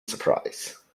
surprise